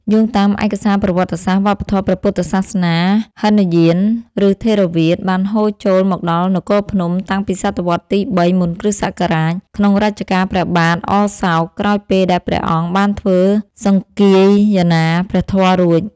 យោងតាមឯកសារប្រវត្តិសាស្ត្រ វប្បធម៌ព្រះពុទ្ធសាសនាហីនយាន ឬថេរវាទ បានហូរចូលមកដល់ នគរភ្នំ តាំងពីសតវត្សរ៍ទី ៣ មុនគ.ស. ក្នុងរជ្ជកាលព្រះបាទអសោក ក្រោយពេលដែលព្រះអង្គបានធ្វើសង្គាយនាព្រះធម៌រួច។